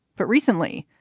but recently,